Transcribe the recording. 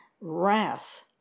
Wrath